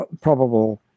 probable